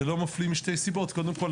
זה לא מפליא משתי סיבות: קודם כול,